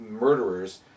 murderers